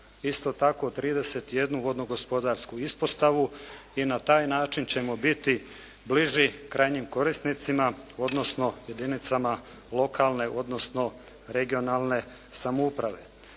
isto tako 31 vodno gospodarsku ispostavu i na taj način ćemo biti bliži krajnjim korisnicima, odnosno jedinicama lokalne, odnosno regionalne samouprave.